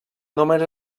només